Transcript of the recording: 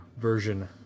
version